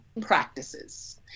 practices